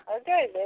Okay